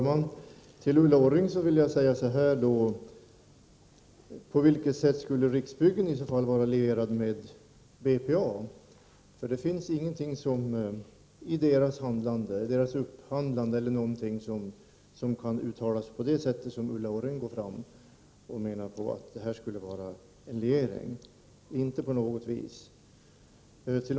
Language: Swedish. Herr talman! På vilket sätt skulle Riksbyggen vara lierat med BPA, Ulla Orring? Det finns inget i dess upphandling som kan tolkas så som Ulla Orring menar.